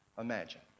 imagine